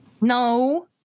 No